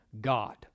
God